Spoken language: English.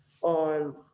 on